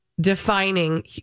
defining